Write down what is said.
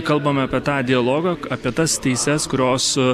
kalbame apie tą dialogą apie tas teises kurios